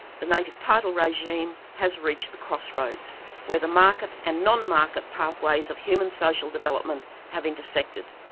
the native title regime has reached the crossroads where the market and non-market pathways of human social development have intersected.